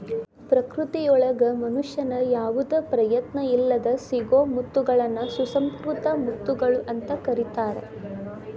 ಪ್ರಕೃತಿಯೊಳಗ ಮನುಷ್ಯನ ಯಾವದ ಪ್ರಯತ್ನ ಇಲ್ಲದ್ ಸಿಗೋ ಮುತ್ತಗಳನ್ನ ಸುಸಂಕೃತ ಮುತ್ತುಗಳು ಅಂತ ಕರೇತಾರ